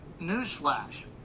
newsflash